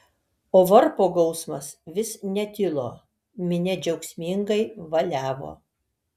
o varpo gausmas vis netilo minia džiaugsmingai valiavo